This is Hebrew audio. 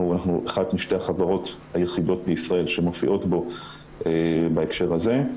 אנחנו אחת משתי החברות היחידות בישראל שמופיעות בו בהקשר הזה.